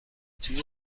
توی